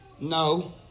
No